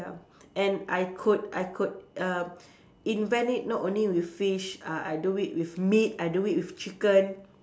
ya and I could I could uh invent it not only with fish uh I do it with meat I do it with chicken